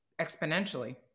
exponentially